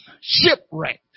Shipwrecked